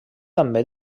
també